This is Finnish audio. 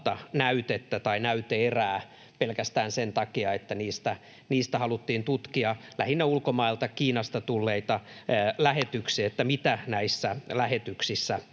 näytettä tai näyte-erää pelkästään sen takia, että niistä haluttiin tutkia lähinnä ulkomailta, Kiinasta tulleita lähetyksiä, mitä näissä lähetyksissä on.